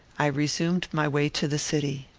i resumed my way to the city.